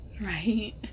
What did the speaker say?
Right